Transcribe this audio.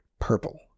Purple